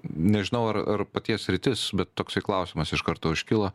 nežinau ar ar paties sritis bet toksai klausimas iš karto užkilo